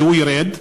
שהוא ירד.